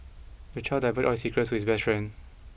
the child divulged all his secrets to his best friend